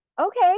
okay